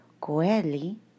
Coeli